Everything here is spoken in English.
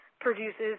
produces